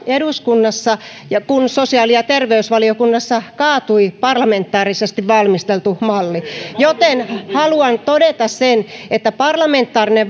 eduskunnassa kun sosiaali ja terveysvaliokunnassa kaatui parlamentaarisesti valmisteltu malli joten haluan todeta sen että parlamentaarinen